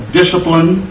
discipline